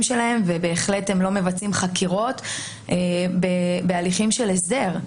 שלהם ובהחלט הם לא מבצעים חקירות בהליכים של הסדר.